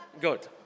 Good